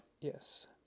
Yes